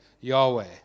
Yahweh